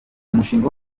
umushinga